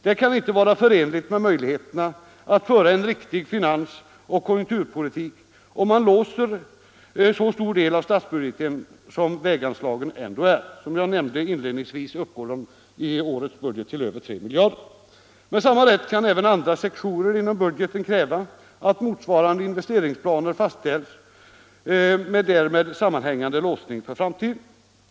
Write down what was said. Det kan inte vara förenligt med möjligheterna att föra en riktig finansoch konjunkturpolitik om man låser en så stor del av statsbudgeten som väganslagen ändå är. Som jag nämnde inledningsvis uppgår det i årets budget till över 3 miljarder. Med samma rätt kan även andra sektorer inom budgeten kräva att motsvarande investeringsplaner fastställs med därmed sammanhängande låsningar för framtiden.